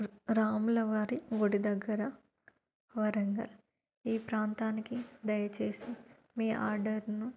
రా రాముల వారి గుడి దగ్గర వరంగల్ ఈ ప్రాంతానికి దయచేసి మీ ఆర్డర్ను